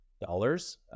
dollars